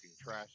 trash